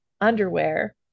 underwear